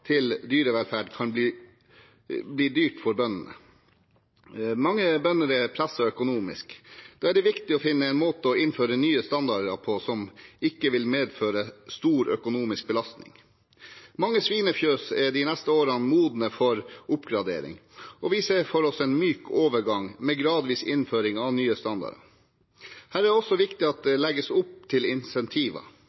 til dyrevelferd kan bli dyrt for bøndene. Mange bønder er presset økonomisk. Da er det viktig å finne en måte å innføre nye standarder på som ikke vil medføre stor økonomisk belastning. Mange svinefjøs er de neste årene modne for oppgradering, og vi ser for oss en myk overgang, med gradvis innføring av nye standarder. Det er også viktig at det